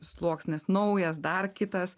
sluoksnis naujas dar kitas